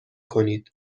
کنید